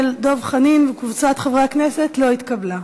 חנין וקבוצת חברי הכנסת לא התקבלה.